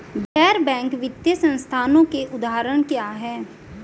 गैर बैंक वित्तीय संस्थानों के उदाहरण क्या हैं?